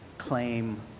Claim